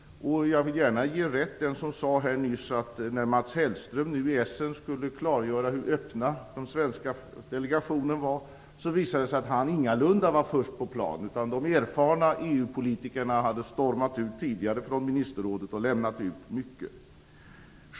Jag vill gärna ge den talare rätt som nyss sade, att när Mats Hellström i Essen skulle klargöra hur öppen den svenska delegationen var visade det sig att han ingalunda var först på plan, utan de erfarna EU-politikerna hade stormat ut från ministerrådet tidigare och lämnat ut mycket.